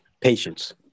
Patience